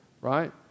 right